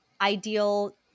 ideal